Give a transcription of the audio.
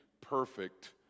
perfect